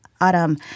Adam